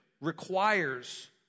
requires